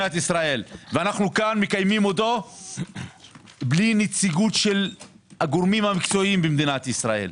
ואנחנו כאן מקיימים אותו בלי נציגות של הגורמים המקצועיים במדינת ישראל,